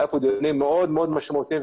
היו כאן דיונים מאוד מאוד משמעותיים,